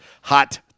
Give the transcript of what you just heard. hot